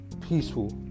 peaceful